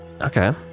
Okay